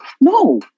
no